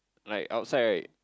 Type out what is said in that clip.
like outside right